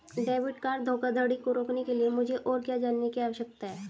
Debit card धोखाधड़ी को रोकने के लिए मुझे और क्या जानने की आवश्यकता है?